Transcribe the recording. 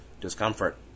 discomfort